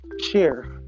share